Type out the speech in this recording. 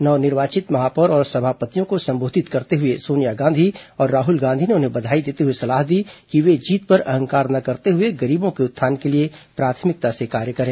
नव निर्वाचित महापौर और सभापतियों को संबोधित करते हुए सोनिया गांधी और राहुल गांधी ने उन्हें बधाई देते हुए सलाह दी कि वे जीत पर अहंकार न करते हुए गरीबों के उत्थान के लिए प्राथमिकता से कार्य करें